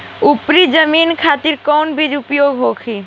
उपरी जमीन खातिर कौन बीज उपयोग होखे?